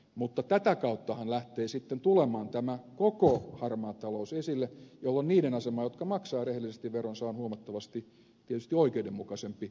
mutta tätä kauttahan lähtee sitten tulemaan tämä koko harmaa talous esille jolloin niiden asema jotka maksavat rehellisesti veronsa on tietysti huomattavasti oikeudenmukaisempi